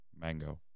Mango